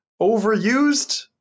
overused